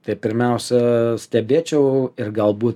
tai pirmiausia stebėčiau ir galbūt